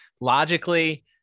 logically